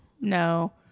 No